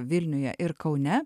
vilniuje ir kaune